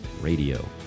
Radio